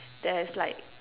that has like